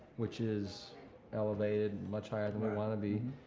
which is elevated, much higher than we wanna be.